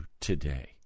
today